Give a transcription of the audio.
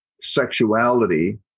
sexuality